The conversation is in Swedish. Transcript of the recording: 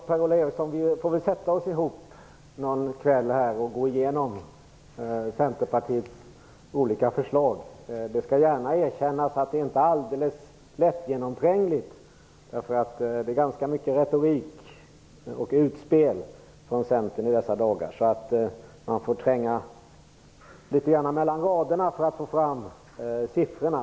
Fru talman! Vi får väl sätta oss ned någon kväll och gå igenom Centerpartiets olika förslag. Det skall gärna erkännas att de inte är alldeles lättgenomträngliga. Det förekommer ganska mycket retorik och utspel från Centern i dessa dagar; man får läsa mellan raderna för att få fram siffrorna.